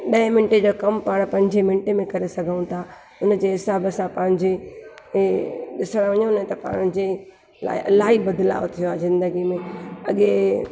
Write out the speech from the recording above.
ॾहें मिन्टे जो कमु पाण पंजे मिन्टे में करे सघूं था उन जे हिसाब सां पंहिंजे ए ॾिसणु वञूं न त पाण जे लाइ अलाई बदलाव थियो आहे ज़िंदगी में अॻे